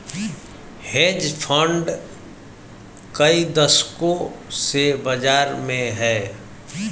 hedge fund कई दशकों से बाज़ार में हैं